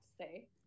say